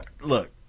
look